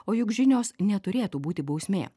o juk žinios neturėtų būti bausmė